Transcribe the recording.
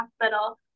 hospital